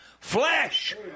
flesh